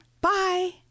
Bye